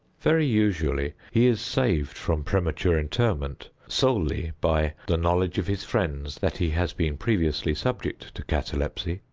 very usually he is saved from premature interment solely by the knowledge of his friends that he has been previously subject to catalepsy,